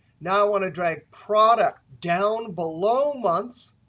now, want to drive product down below months.